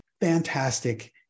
fantastic